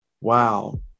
wow